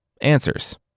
answers